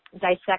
dissect